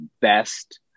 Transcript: best